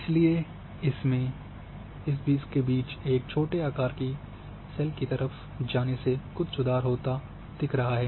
इसके बीच एक छोटे आकार की सेल की तरफ़ जाने से कुछ सुधार होता दिख रहा है